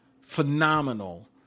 phenomenal